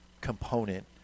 component